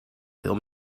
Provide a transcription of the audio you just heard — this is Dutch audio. veel